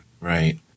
right